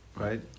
Right